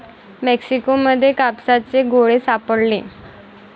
Mexico मध्ये कापसाचे गोळे सापडले